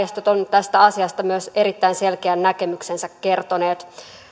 tästä asiasta myös erittäin selkeän näkemyksensä kertoneet